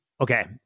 okay